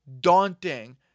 daunting